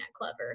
Clever